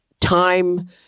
time